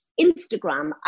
Instagram